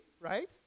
right